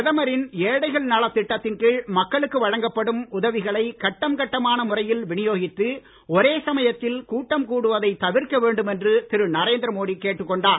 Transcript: பிரதமரின் ஏழைகள் நலத்திட்டத்தின் கீழ் மக்களுக்கு வழங்கப்படும் உதவிகளை கட்டம் கட்டமான முறையில் விநியோகித்து ஒரே சமயத்தில் கூட்டம் கூடுவதை தவிர்க்க வேண்டும் என்று திரு நரேந்திர மோடி கேட்டுக் கொண்டார்